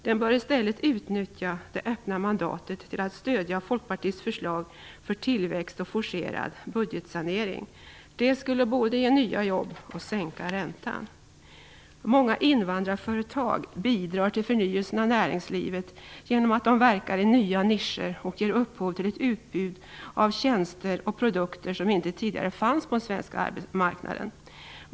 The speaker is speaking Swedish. Den bör i stället utnyttja det öppna mandatet till att stödja Folkpartiets förslag för tillväxt och forcerad budgetsanering. Det skulle både ge nya jobb och sänka räntan. Många invandrarföretag bidrar till förnyelsen av näringslivet genom att de verkar i nya nischer och ger upphov till ett utbud av tjänster och produkter som inte tidigare fanns på den svenska marknaden.